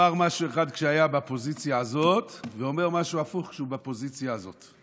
אמר משהו אחד כשהיה בפוזיציה הזאת ואומר משהו הפוך כשהוא בפוזיציה הזאת.